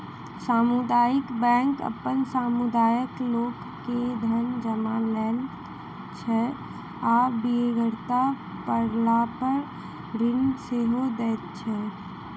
सामुदायिक बैंक अपन समुदायक लोक के धन जमा लैत छै आ बेगरता पड़लापर ऋण सेहो दैत छै